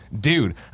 dude